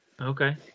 Okay